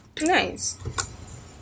nice